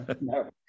no